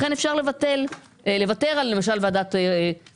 לכן אפשר לוותר על למשל ועדת החוקה.